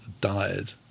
died